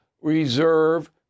reserve